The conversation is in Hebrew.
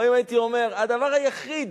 או הייתי אומר הדבר היחיד